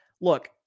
Look